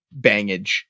bangage